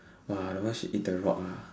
!wah! that one she in the rock ah